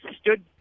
stood